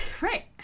Right